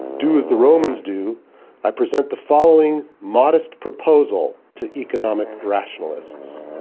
do as the romans do' i present the following modest proposal to economic rationalists.